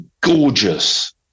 gorgeous